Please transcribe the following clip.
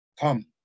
come